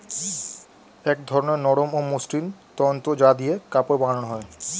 এক ধরনের নরম ও মসৃণ তন্তু যা দিয়ে কাপড় বানানো হয়